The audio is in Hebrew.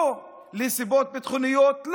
לא, לסיבות ביטחוניות?